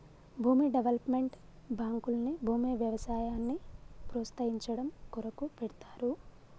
భూమి డెవలప్మెంట్ బాంకుల్ని భూమి వ్యవసాయాన్ని ప్రోస్తయించడం కొరకు పెడ్తారు